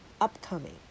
upcoming